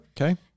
okay